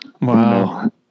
Wow